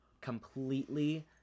Completely